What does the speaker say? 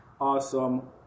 awesome